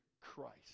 Christ